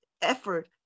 effort